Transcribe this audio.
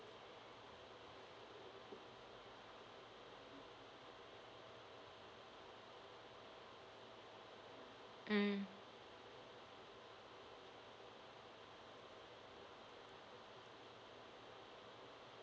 mm